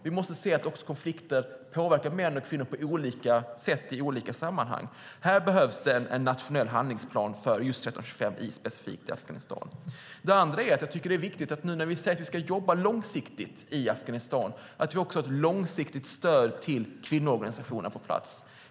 Vi måste se att också konflikter påverkar män och kvinnor på olika sätt i olika sammanhang. Här behövs det en nationell handlingsplan för just resolution 1325 specifikt för Afghanistan. Det andra är att jag tycker att det är viktigt, nu när vi säger att vi ska jobba långsiktigt i Afghanistan, att vi också har ett långsiktigt stöd till kvinnoorganisationerna på plats.